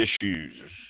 issues